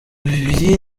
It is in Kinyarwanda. bibiri